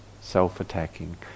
self-attacking